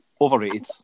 Overrated